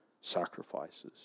sacrifices